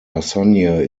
lasagne